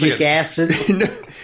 acid